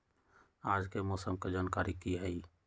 आज के मौसम के जानकारी कि हई?